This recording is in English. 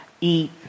eat